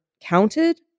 counted